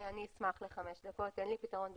אני אשמח לחמש דקות, אין לי פתרון מידי.